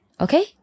okay